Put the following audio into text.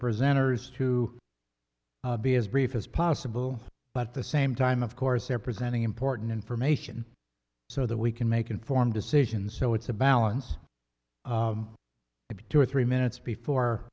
prisoners to be as brief as possible but the same time of course they're presenting important information so that we can make informed decisions so it's a balance of two or three minutes before